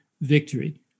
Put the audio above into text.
victory